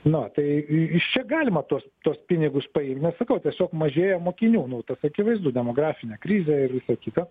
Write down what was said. nu tai iš čia galima tuos tuos pinigus paimt nes sakau tiesiog mažėja mokinių nu tas akivaizdu demografinė krizė ir visa kita